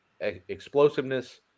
explosiveness